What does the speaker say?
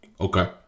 Okay